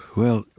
well,